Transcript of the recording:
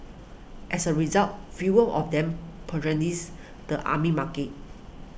as a result fewer of them patronise the army market